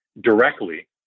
directly